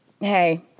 Hey